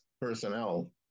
personnel